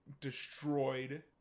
destroyed